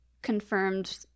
confirmed